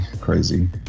crazy